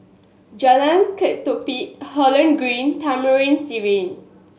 Jalan Ketumbit Holland Green Taman Sireh